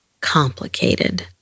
complicated